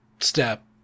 step